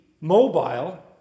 mobile